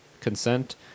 consent